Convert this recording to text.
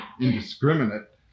indiscriminate